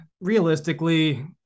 Realistically